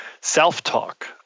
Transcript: self-talk